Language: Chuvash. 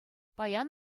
паян